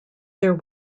there